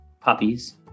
puppies